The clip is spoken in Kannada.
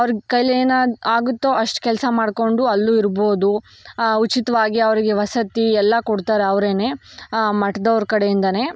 ಅವ್ರ ಕೈಯಲ್ ಏನು ಆಗು ಆಗುತ್ತೋ ಅಷ್ಟು ಕೆಲಸ ಮಾಡಿಕೊಂಡು ಅಲ್ಲೂ ಇರ್ಬೋದು ಉಚಿತವಾಗಿ ಅವ್ರಿಗೆ ವಸತಿ ಎಲ್ಲ ಕೊಡ್ತಾರೆ ಅವ್ರೇ ಆ ಮಠದವ್ರ ಕಡೆಯಿಂದಲೇ